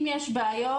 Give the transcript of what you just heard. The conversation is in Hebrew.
אם יש בעיות,